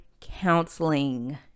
counseling